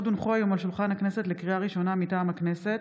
לקריאה ראשונה, מטעם הכנסת: